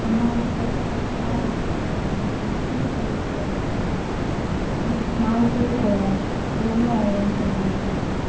அண்ணா இது மாரி car book பண்ணுறதுக்குதான்ணா திருப்பதிக்கு போகணுண்ணா நாலு நாலு பேர் போவோம் எவ்வளோ ஆகும்னு சொல்லுங்களேன் கொஞ்சம்